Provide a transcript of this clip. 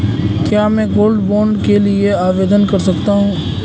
क्या मैं gold bond के लिए आवेदन कर सकता हूं?